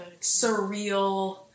surreal